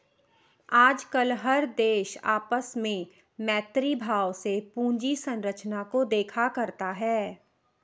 आजकल हर देश आपस में मैत्री भाव से पूंजी संरचना को देखा करता है